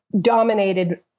dominated